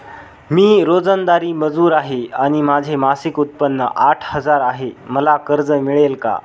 मी रोजंदारी मजूर आहे आणि माझे मासिक उत्त्पन्न आठ हजार आहे, मला कर्ज मिळेल का?